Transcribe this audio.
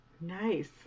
nice